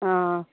हँ